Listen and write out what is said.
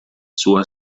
sua